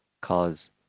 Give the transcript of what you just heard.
cause